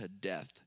death